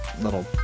little